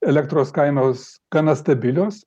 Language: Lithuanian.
elektros kainos gana stabilios